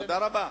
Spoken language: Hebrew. תודה רבה.